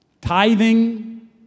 Tithing